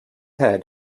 head